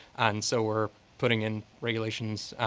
and so we're putting in regulations